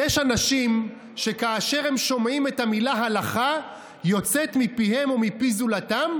"ויש אנשים שכאשר הם שומעים את המילה 'הלכה יוצאת מפיהם או מפי זולתם,